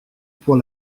pour